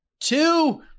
Two